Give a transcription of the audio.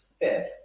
fifth